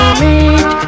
meet